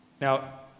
Now